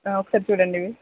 ఒకసారి చూడండి ఇవి